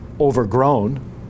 overgrown